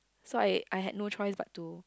so I I had no choice but to